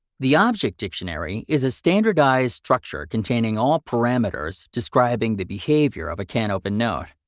the object dictionary is a standardized structure containing all parameters describing the behavior of a canopen node.